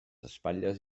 espatlles